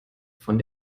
von